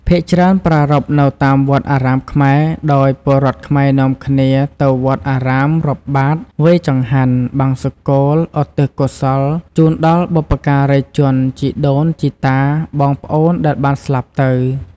ភាគច្រើនប្រារព្ធនៅតាមវត្តអារាមខ្មែរ ដោយពលរដ្ឋខ្មែរនាំគ្នាទៅវត្តអារាម រាប់បាត្រ វេរចង្ហាន់ បង្សុកូល ឧទ្ទិសកុសលជូនដល់បុព្វការីជន ជីដូនជីតា បងប្អូនដែលបានស្លាប់ទៅ។